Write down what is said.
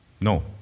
No